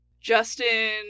Justin